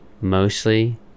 mostly